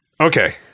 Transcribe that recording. Okay